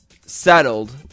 settled